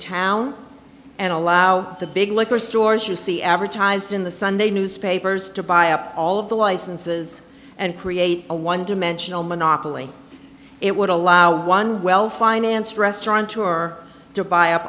town and allow the big liquor stores you see advertised in the sunday newspapers to buy up all of the licenses and create a one dimensional monopoly it would allow one well financed restaurant tour to buy up